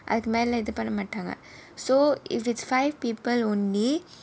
அதுக்கு மேலே இது பண்ணமாட்டாங்க:athukku melae ithu pannamaattaanga so if it's five people only